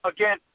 Again